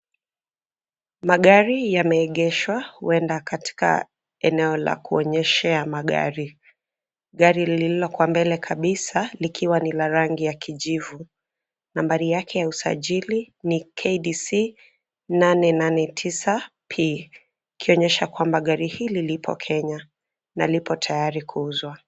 Magari yameegeshwa huenda katika eneo la kuonyeshea magari. Gari lililo kwa mbele kabisaa ,likiwa ni la rangi ya kijivu. Nambari yake ya usajili ni kdc 889p ikionyesha kwamba gari hili lipo Kenya na lipo tayari kuuzwa.